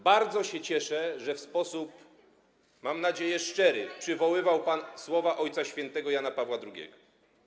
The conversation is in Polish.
Bardzo się cieszę, że w sposób, mam nadzieję, szczery przywoływał pan słowa Ojca Świętego Jana Pawła II.